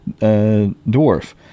dwarf